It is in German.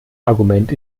argument